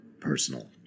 Personal